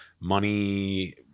money